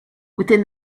within